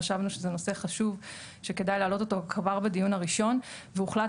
חשבנו שזה נושא חשוב שכדאי להעלות אותו כבר בדיון הראשון והוחלט